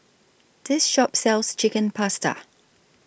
This Shop sells Chicken Pasta